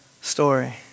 story